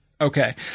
Okay